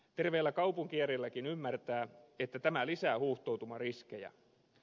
terveellä kaupunkijärjelläkin ymmärtää että tämä lisää huuhtoutumariskejä